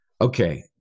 okay